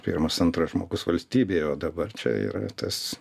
pirmas antras žmogus valstybėje o dabar čia yra tas